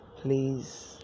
Please